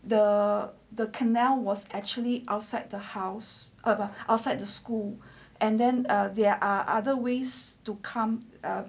the the canal was actually outside the house of outside the school and then there are other ways to come